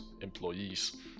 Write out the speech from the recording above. employees